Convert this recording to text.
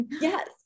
Yes